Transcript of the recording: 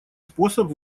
способ